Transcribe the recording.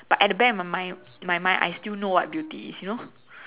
but at the back of my mind my mind I still know what beauty is you know